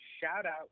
Shout-out